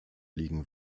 liegen